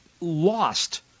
lost